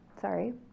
Sorry